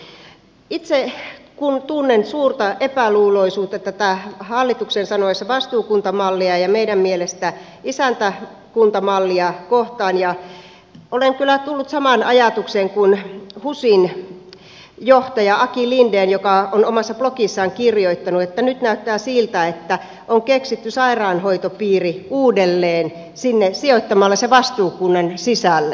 itse kun tunnen suurta epäluuloisuutta tätä hallituksen sanoissa vastuukuntamallia ja meidän mielestämme isäntäkuntamallia kohtaan olen kyllä tullut samaan ajatukseen kuin husin johtaja aki linden joka on omassa blogissaan kirjoittanut että nyt näyttää siltä että on keksitty sairaanhoitopiiri uudelleen sijoittamalla se vastuukunnan sisälle